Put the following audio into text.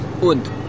und